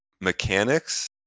mechanics